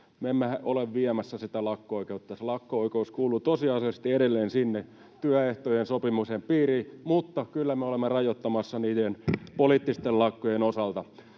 me emme ole viemässä sitä lakko-oikeutta. Lakko-oikeus kuuluu tosiasiallisesti edelleen sinne työehtojen sopimusten piiriin, mutta kyllä me olemme rajoittamassa niiden poliittisten lakkojen osalta.